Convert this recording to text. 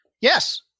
Yes